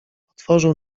otworzył